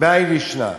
בהאי לישנא,